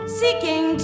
seeking